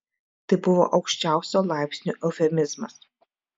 tai buvo aukščiausio laipsnio eufemizmas